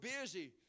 busy